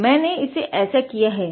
तो मैंने इसे ऐसा किया है